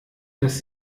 dass